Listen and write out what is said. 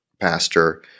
pastor